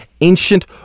ancient